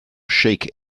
shake